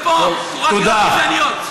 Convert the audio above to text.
יושבת פה וקוראת קריאות גזעניות.